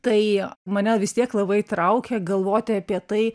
tai mane vis tiek labai traukia galvoti apie tai